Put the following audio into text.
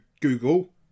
Google